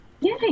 Yay